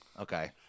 Okay